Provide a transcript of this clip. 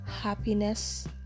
happiness